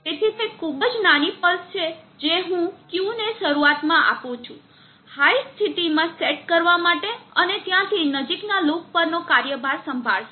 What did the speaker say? તેથી તે ખૂબ જ નાની પલ્સ છે જે હું Q ને શરૂઆતમાં આપું છું હાય સ્થિતિમાં સેટ કરવા માટે અને ત્યાંથી નજીકના લૂપ પરનો કાર્યભાર સંભાળશે